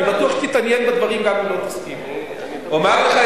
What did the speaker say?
אני בטוח שתתעניין בדברים, גם אם לא תסכים.